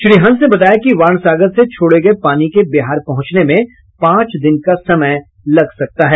श्री हंस ने बताया कि वाण सागर से छोड़े गये पानी के बिहार पहुंचने में पांच दिन का समय लग सकता है